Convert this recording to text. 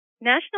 National